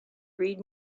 read